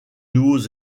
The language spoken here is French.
nouveaux